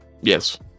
Yes